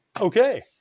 okay